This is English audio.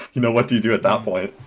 you know what do you do at that point?